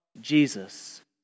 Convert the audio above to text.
Jesus